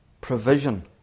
provision